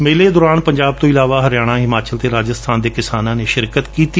ਮੇਲੇ ਦੌਰਾਨ ਪੰਜਾਬ ਤੋਂ ਅਲਾਵਾ ਹਰਿਆਣਾ ਹਿਮਾਚਲ ਅਤੇ ਰਾਜਸਥਾਨ ਦੇ ਕਿਸਾਨਾਂ ਨੇ ਸ਼ਿਰਕਤ ਕੀਤੀ